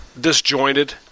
disjointed